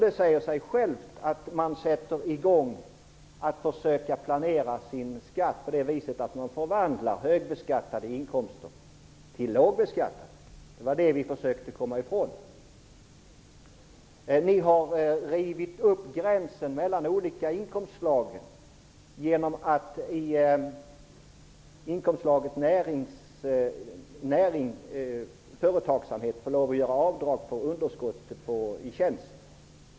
Det säger sig självt att man sätter i gång att försöka planera sin skatt på det viset att man förvandlar högbeskattade inkomster till lågbeskattade. Det var det vi försökte komma ifrån. Ni har rivit upp gränsen mellan de olika inkomstsslagen genom att i inkomstslaget företagsamhet införa rätt till avdrag på underskott i tjänst.